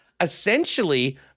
essentially